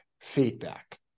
feedback